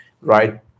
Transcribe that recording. right